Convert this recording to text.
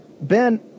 Ben